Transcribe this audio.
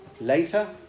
Later